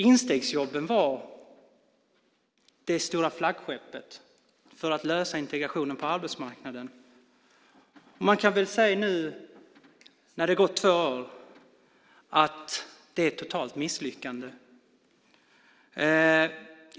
Instegsjobben var som sagt det stora flaggskeppet för att lösa integrationen på arbetsmarknaden. Man kan väl nu när det har gått två år säga att det är ett totalt misslyckande.